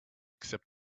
except